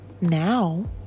now